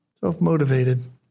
self-motivated